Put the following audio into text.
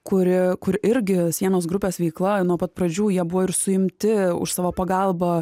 kuri kur irgi sienos grupės veikloj nuo pat pradžių jie buvo ir suimti už savo pagalbą